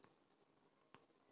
कददु ला बियाह के नाम बताहु?